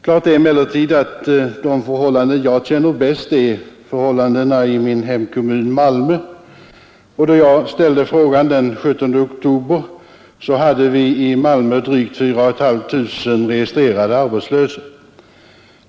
Klart är emellertid att de förhållanden jag känner bäst är förhållandena i min hemkommun Malmö. Då jag ställde frågan, den 17 oktober, hade vi i Malmö drygt 4 500 registrerade arbetslösa.